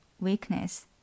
weakness